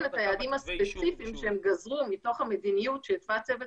את היעדים הספציפיים שהם גזרו מתוך המדיניות שהתווה צוות